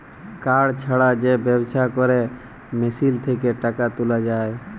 card ছাড়া যে ব্যবস্থা ক্যরে মেশিল থ্যাকে টাকা তুলা যায়